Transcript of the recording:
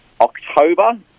October